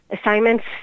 assignments